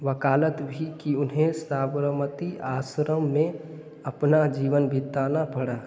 वकालत भी की उन्हें साबरमती आश्रम में अपना जीवन बिताना पड़ा